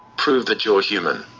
prove that you're human.